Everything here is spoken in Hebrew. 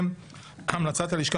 הצעת חוק